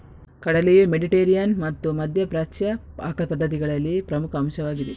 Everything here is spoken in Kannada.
ಕಡಲೆಯು ಮೆಡಿಟರೇನಿಯನ್ ಮತ್ತು ಮಧ್ಯ ಪ್ರಾಚ್ಯ ಪಾಕ ಪದ್ಧತಿಗಳಲ್ಲಿ ಪ್ರಮುಖ ಅಂಶವಾಗಿದೆ